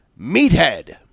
Meathead